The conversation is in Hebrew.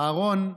אהרן,